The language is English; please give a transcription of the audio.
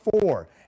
four